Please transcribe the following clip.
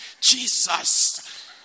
Jesus